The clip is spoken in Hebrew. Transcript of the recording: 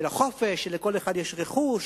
של החופש, שלכל אחד יש רכוש,